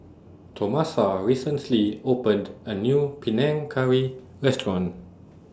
Tomasa recently opened A New Panang Curry Restaurant